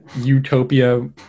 utopia